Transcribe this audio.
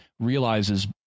realizes